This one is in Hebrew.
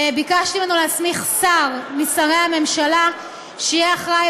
ביקשתי ממנו להסמיך שר משרי הממשלה שיהיה אחראי